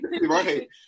right